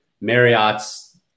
Marriott's